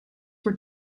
were